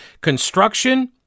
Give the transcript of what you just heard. construction